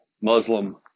Muslim